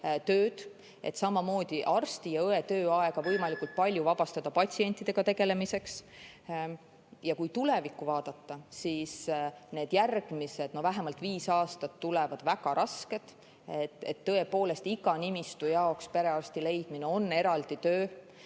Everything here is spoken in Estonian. et samamoodi arsti ja õe tööaega võimalikult palju vabastada patsientidega tegelemiseks. Ja kui tulevikku vaadata, siis vähemalt järgmised viis aastat tulevad väga rasked. Tõepoolest, iga nimistu jaoks perearsti leidmine on eraldi töö,